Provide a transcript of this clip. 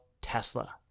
tesla